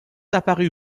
apparus